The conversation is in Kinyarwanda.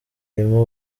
irimo